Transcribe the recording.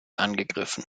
angegriffen